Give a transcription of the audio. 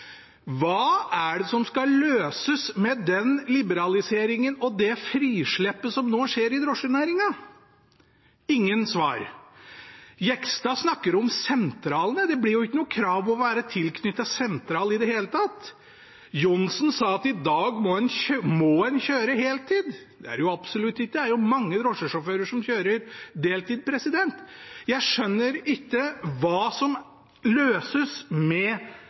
Hva er det som skal løses med den liberaliseringen og det frislippet som nå skjer i drosjenæringen? Det er ingen svar. Representanten Jegstad snakker om sentralene – det blir jo ikke noe krav om å være tilknyttet sentralene i det hele tatt. Representanten Johnsen sa at en i dag må kjøre på heltid – det må man jo absolutt ikke, det er mange drosjesjåfører som kjører på deltid. Jeg skjønner ikke hva som løses med